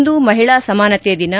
ಇಂದು ಮಹಿಳಾ ಸಮಾನತೆ ದಿನ